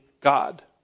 God